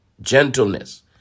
Gentleness